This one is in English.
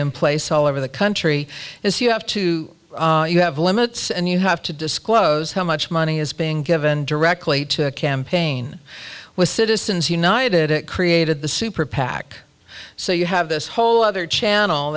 in place all over the country is you have to you have limits and you have to disclose how much money is being given directly to campaign with citizens united it created the super pac so you have this whole other channel